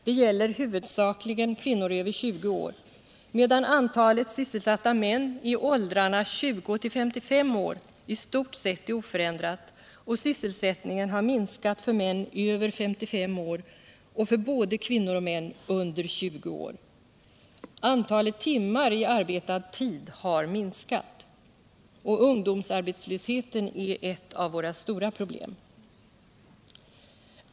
Det gäller huvudsakligen kvinnor över 20 år, medan antalet sysselsatta män i åldrarna 20-55 år i stort sett är oförändrat och sysselsättningen har minskat för män över 55 år och för både kvinnor och män under 20 år. Antalet timmar i arbetad tid har minskat. Ungdomsarbetslösheten är ett av våra stora problem.